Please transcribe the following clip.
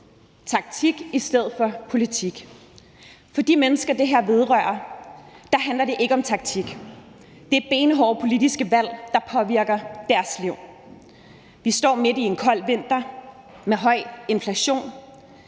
taktik i stedet for politik. For de mennesker, det her vedrører, handler det ikke om taktik; det er benhårde politiske valg, der påvirker deres liv. Vi står midt i en kold vinter med høj inflation,